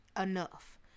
enough